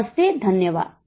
नमस्ते धन्यवाद